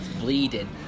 bleeding